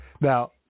now